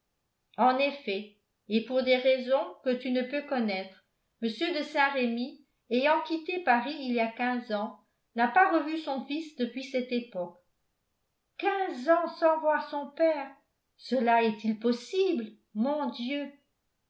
en effet et pour des raisons que tu ne peux connaître m de saint-remy ayant quitté paris il y a quinze ans n'a pas revu son fils depuis cette époque quinze ans sans voir son père cela est-il possible mon dieu